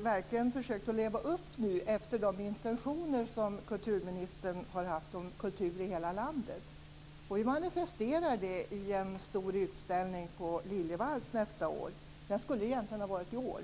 verkligen har försökt att leva upp till de intentioner som kulturministern har haft om kultur i hela landet. Vi manifesterar det i en stor utställning på Liljevalchs nästa år. Den skulle egentligen ha varit i år.